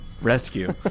Rescue